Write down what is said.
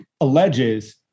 alleges